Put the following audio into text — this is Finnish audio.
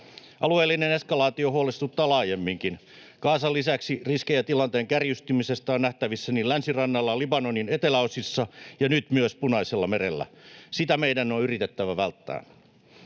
Alueellinen eskalaatio huolestuttaa laajemminkin: Gazan lisäksi riskejä tilanteen kärjistymisestä on nähtävissä niin Länsirannalla, Libanonin eteläosissa ja nyt myös Punaisellamerellä. Sitä meidän on yritettävä välttää.